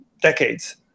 decades